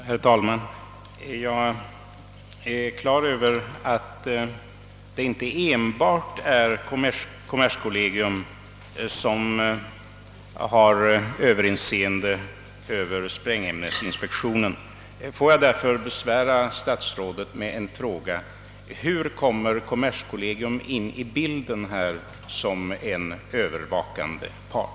Herr talman! Jag är medveten om att det inte enbart är kommerskollegium som har överinseende över sprängämnesinspektionen. Låt mig därför besvära herr statsrådet med en fråga: Hur kommer kommerskollegium in i bilden som en övervakande part?